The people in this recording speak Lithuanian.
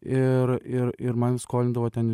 ir ir ir man skolindavo ten